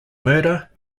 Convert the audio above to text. murder